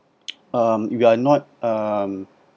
um we are not um